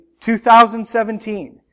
2017